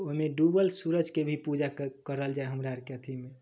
ओहिमे डुबल सूरजके भी पूजा करल जाइ हइ हमरा आरके अथीमे